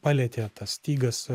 palietė tas stygas